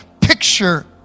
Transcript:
picture